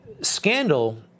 scandal